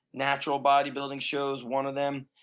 natural bodybuilding shows, one of them.